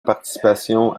participation